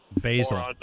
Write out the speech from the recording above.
Basil